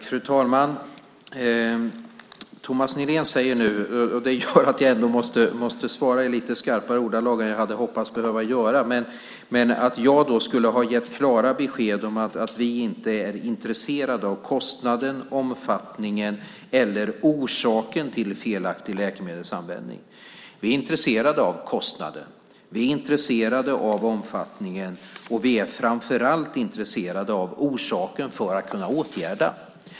Fru talman! Det som Thomas Nihlén nu säger gör att jag måste svara i lite skarpare ordalag än jag hade hoppats. Han säger att jag har gett klara besked om att vi inte är intresserade av kostnaden, omfattningen eller orsaken till felaktig läkemedelsanvändning. Vi är intresserade av kostnaden. Vi är intresserade av omfattningen, och vi är framför allt intresserade av orsaken för att kunna åtgärda.